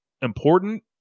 important